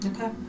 Okay